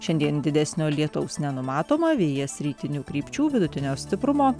šiandien didesnio lietaus nenumatoma vėjas rytinių krypčių vidutinio stiprumo